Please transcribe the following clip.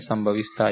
సంభవిస్తాయి